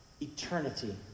eternity